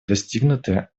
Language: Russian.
достигнутый